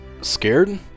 scared